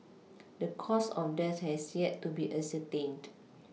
the cause of death has yet to be ascertained